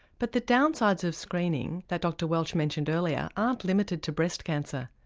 but the downsides of screening that dr welch mentioned earlier aren't limited to breast cancer.